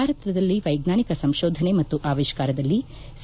ಭಾರತದಲ್ಲಿ ವೈಜ್ವಾನಿಕ ಸಂಶೋಧನೆ ಮತ್ತು ಆವಿಷ್ಕಾರದಲ್ಲಿ ಸಿ